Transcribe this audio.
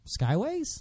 Skyways